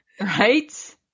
right